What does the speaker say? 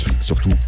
surtout